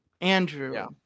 Andrew